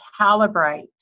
calibrate